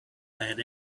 had